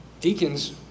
Deacons